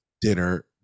dinner